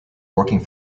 working